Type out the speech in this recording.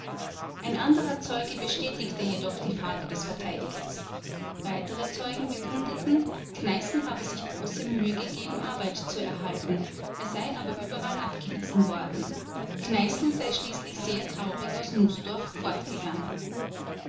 ein anderer zeuge bestätigte jedoch die frage des verteidigers weitere zeugen bekundeten kneißl habe sich große mühe gegeben arbeit zu erhalten er sei aber überall abgewiesen worden kneißl sei schließlich sehr traurig aus nußdorf fortgegangen